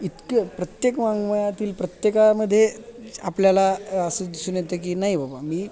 इतकं प्रत्येक वाङ्मयातील प्रत्येकामध्ये आपल्याला असं दिसून येतं की नाही बाबा मी